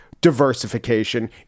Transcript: diversification